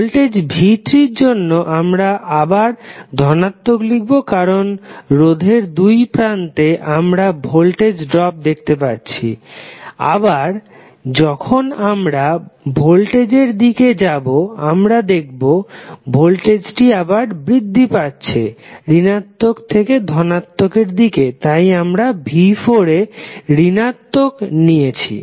voltage v3 এর জন্য আমরা আবার ধনাত্মক লিখবো কারণ রোধের দুই প্রান্তে আমরা ভোল্টেজ ড্রপ দেখতে পাচ্ছি এবং আবার যখন আমরা ভোল্টেজের দিকে যাবো আমরা দেখবো ভোল্টেজটি আবার বৃদ্ধি পাচ্ছে ঋণাত্মক থেকে ধনাত্মক এর দিকে তাই আমরা v4 এর ঋণাত্মক নিয়েছি